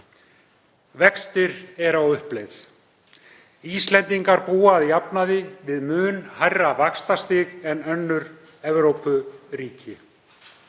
Vextir eru á uppleið. Íslendingar búa að jafnaði við mun hærra vaxtastig en önnur Evrópuríki.